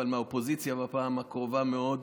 אבל מהאופוזיציה בפעם הקרובה מאוד.